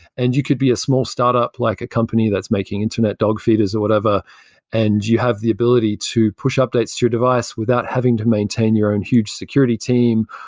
and you could be a small startup, like a company that's making internet dog feeders or whatever and you have the ability to push updates to your device without having to maintain your own huge security team,